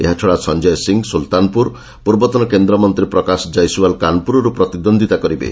ଏହାଛଡ଼ା ସଂଜୟ ସିଂ ସୁଲତାନପୁର ପୂର୍ବତନ କେନ୍ଦ୍ରମନ୍ତ୍ରୀ ପ୍ରକାଶ ଜୟସ୍ୱାଲ କାନପୁରରୁ ପ୍ରତିଦ୍ୱନ୍ଦ୍ୱିତା କରିବେ